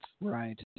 Right